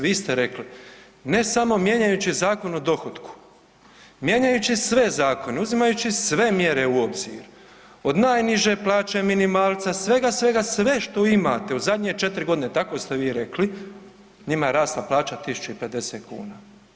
Vi ste rekli ne samo mijenjajući Zakon o dohotku, mijenjajući sve zakone, uzimajući sve mjere u obzir, od najniže plaće, minimalca, svega, svega, sve što imate u zadnje 4.g., tako ste vi rekli, njima je rasla plaća 1.050,00 kuna.